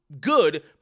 good